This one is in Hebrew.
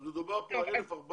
אז מדובר פה על 1,400